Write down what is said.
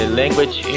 language